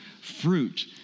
fruit